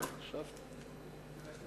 חשבתי.